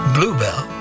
Bluebell